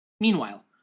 Meanwhile